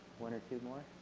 one or two more?